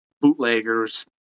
bootleggers